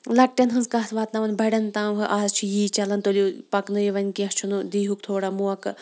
لۄکٹٮ۪ن ہٕنز کَتھ واتناوان بڑٮ۪ن تام آز چھُ یی چلان تُلِو پَکنٲیو وَن کیٚنٛہہ چھُنہٕ دیہُکھ تھوڑا موقعہٕ